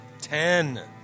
Ten